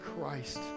Christ